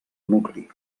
nucli